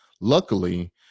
Luckily